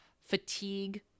fatigue